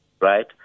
right